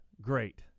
great